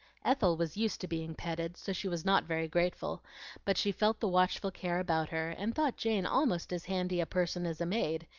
ethel was used to being petted, so she was not very grateful but she felt the watchful care about her, and thought jane almost as handy a person as a maid,